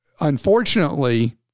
unfortunately